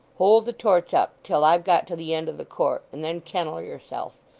hold the torch up till i've got to the end of the court, and then kennel yourself,